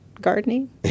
gardening